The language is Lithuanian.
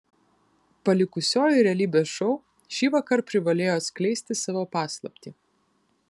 palikusioji realybės šou šįvakar privalėjo atskleisti savo paslaptį